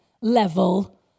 level